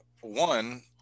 one